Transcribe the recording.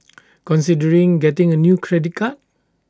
considering getting A new credit card